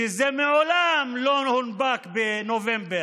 שזה מעולם לא הונפק בנובמבר,